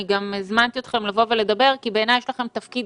גם הזמנתי אתכם לבוא ולדבר כי בעיניי יש לכם תפקיד